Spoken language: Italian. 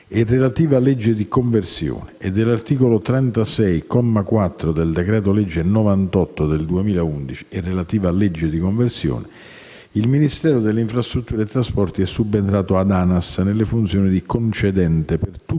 relativa legge di conversione, e dell'articolo 36, comma 4, del decreto-legge n 98 del 2011, e relativa legge di conversione, il Ministero delle infrastrutture e dei trasporti è subentrato ad ANAS nelle funzioni di concedente per tutte le